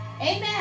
Amen